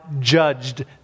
judged